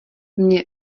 mně